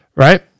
Right